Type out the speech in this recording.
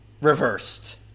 reversed